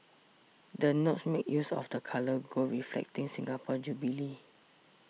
the notes make use of the colour gold reflecting Singapore Jubilee